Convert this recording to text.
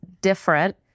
different